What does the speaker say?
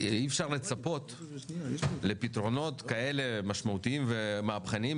אי אפשר לצפות לפתרונות משמעותיים ומהפכניים